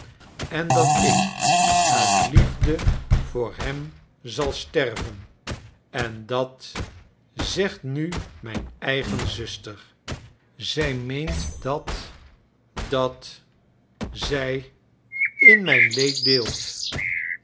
en dat ik uit liefde voor hem zal sterven en dat zegt nu mijn eigen zuster zij meent dat dat zij in mijn leed deelt